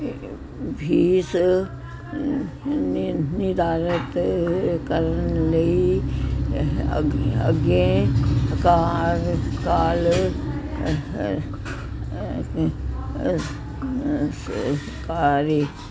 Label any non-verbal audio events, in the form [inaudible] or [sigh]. fees ਨਿ ਨਿਰਧਾਰਤ ਕਰਨ ਲਈ ਅਗ ਅੱਗੇ ਕਾਲ [unintelligible]